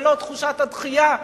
ולא תחושת הדחייה,